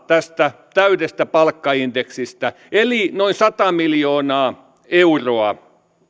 tästä täydestä palkkaindeksistä eli noin sata miljoonaa euroa